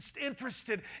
interested